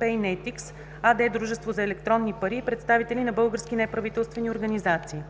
„Пейнетикс“ АД (дружество за електронни пари) и представители на български неправителствени организации.